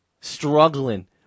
struggling